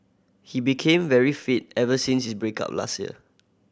he became very fit ever since his break up last year